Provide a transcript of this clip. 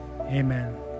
amen